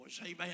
Amen